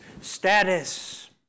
status